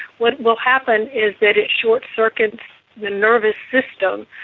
what will happen is that it short-circuits the nervous system.